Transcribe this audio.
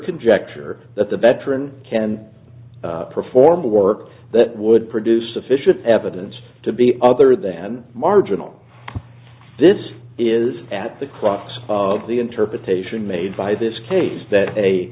conjecture that the veteran can perform a work that would produce sufficient evidence to be other than marginal this is at the crux of the interpretation made by this case that